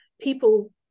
people